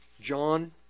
John